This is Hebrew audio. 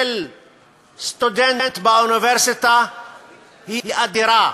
של סטודנט באוניברסיטה היא אדירה,